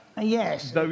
Yes